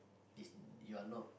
is you are not